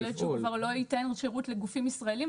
יכול להיות שהוא כבר לא ייתן שירות לגופים ישראליים,